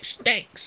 stinks